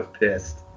pissed